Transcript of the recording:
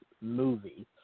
movie